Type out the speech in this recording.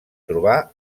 trobar